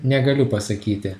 negaliu pasakyti